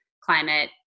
climate